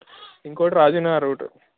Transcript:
ఇంకోటి రాజీవ్నగర్ రూటు